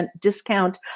discount